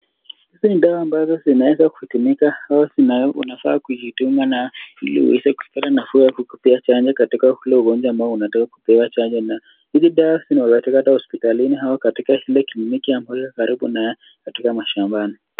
Hizi ni dawa ambazo zinaweza kutumika au unafaa kujidunga nayo ili uweze kupata nafuu ya kwa kupewa chanjo katika ule ugonjwa ambao unataka kupewa chanjo. Na hizi zinapatikana katika hospitalini au katika ile kliniki ambayo uko karibu nayo katika mashambani.